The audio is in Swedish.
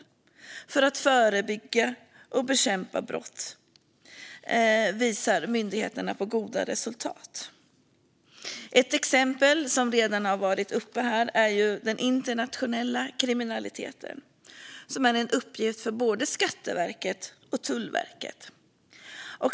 I arbetet med att förebygga och bekämpa brott visar myndigheterna på goda resultat. Ett exempel som redan har varit uppe här är den internationella kriminaliteten, som är en uppgift för både Skatteverket och Tullverket.